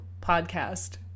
Podcast